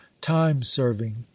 time-serving